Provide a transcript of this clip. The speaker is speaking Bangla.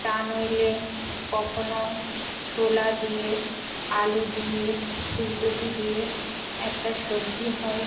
তা নইলে কখনও ছোলা দিয়ে আলু দিয়ে ফুলকপি দিয়ে একটা সবজি হয়